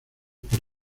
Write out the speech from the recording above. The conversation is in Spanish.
por